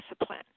discipline